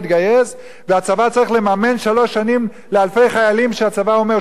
והצבא צריך לממן שלוש שנים לאלפי חיילים שהצבא אומר שהוא לא רוצה אותם?